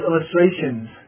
illustrations